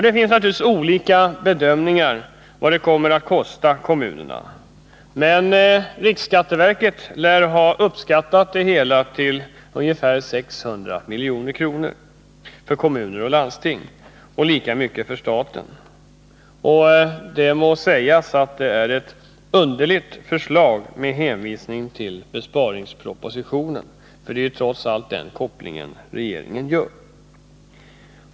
Det finns naturligtvis olika bedömningar av vad ett genomförande av förslaget kommer att kosta, men riksskatteverket lär ha uppskattat det till ungefär 600 milj.kr. för kommuner och landsting och lika mycket för staten. Det måste sägas att det är underligt av regeringen att lägga fram ett sådant förslag med hänvisning till besparingspropositionen, för det är trots allt den kopplingen som regeringen gör.